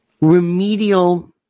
remedial